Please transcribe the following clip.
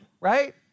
Right